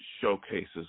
showcases